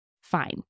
fine